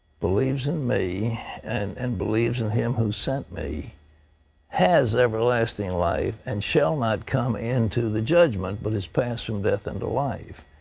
believes in me and and believes in him who sent me has everlasting life and shall not come into the judgment, but is passed from death into life.